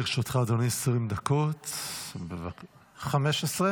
לרשותך 20 דקות --- 15 דקות.